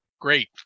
great